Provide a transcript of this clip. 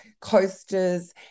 coasters